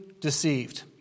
deceived